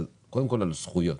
קודם כל על זכויות